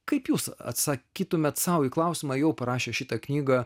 kaip jūs atsakytumėt sau į klausimą jau parašę šitą knygą